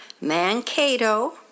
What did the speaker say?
Mankato